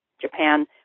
Japan